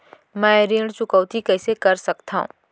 मैं ऋण चुकौती कइसे कर सकथव?